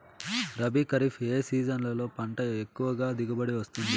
రబీ, ఖరీఫ్ ఏ సీజన్లలో పంట ఎక్కువగా దిగుబడి వస్తుంది